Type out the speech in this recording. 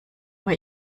bei